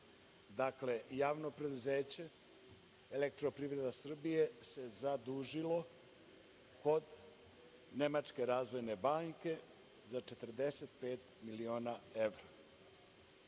Dakle, javno preduzeće „Elektroprivreda Srbije“ se zadužilo kod nemačke Razvojne banke za 45 miliona evra.